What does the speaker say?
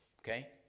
Okay